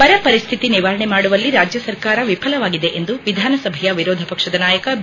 ಬರಪರಿಸ್ಥಿತಿ ನಿವಾರಣೆ ಮಾಡುವಲ್ಲಿ ರಾಜ್ಯ ಸರ್ಕಾರ ವಿಫಲವಾಗಿದೆ ಎಂದು ವಿಧಾನಸಭೆಯ ವಿರೋಧ ಪಕ್ಷದ ನಾಯಕ ಬಿ